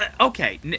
okay